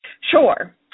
Sure